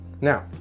Now